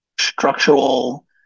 structural